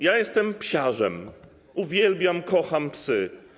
Jestem psiarzem, uwielbiam, kocham psy.